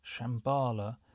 Shambhala